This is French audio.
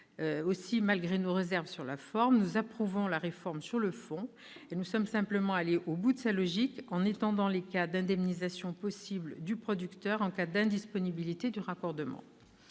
Aussi, malgré nos réserves sur la forme, nous approuvons la réforme sur le fond. Nous sommes simplement allés au bout de sa logique en étendant les cas d'indemnisation possibles du producteur dans l'hypothèse d'une indisponibilité du raccordement.